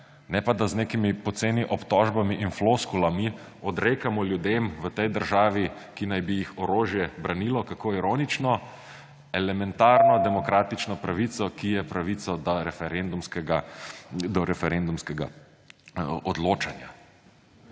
ne pa da z nekimi poceni obtožbami in floskulami odrekamo ljudem v tej državi, ki naj bi jih orožje branilo, kako ironično, elementarno demokratično pravico, ki je pravica do referendumskega odločanja.